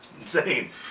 insane